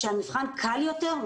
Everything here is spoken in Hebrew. שהמבחן קל יותר?